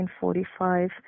1945